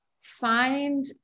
find